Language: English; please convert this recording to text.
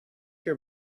your